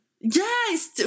Yes